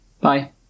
Bye